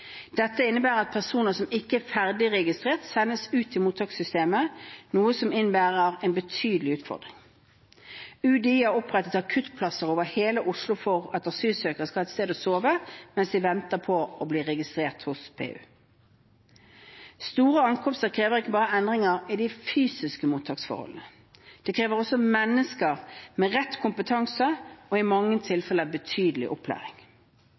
Dette innebærer at personer som ikke er ferdig registrert, sendes ut i mottakssystemet, noe som innebærer en betydelig utfordring. UDI har opprettet akuttplasser over hele Oslo for at asylsøkere skal ha et sted å sove mens de venter på å bli registrert hos PU. Store ankomster krever ikke bare endringer i de fysiske mottaksforholdene. Det krever også mennesker med rett kompetanse og i mange tilfeller betydelig opplæring.